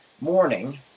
morning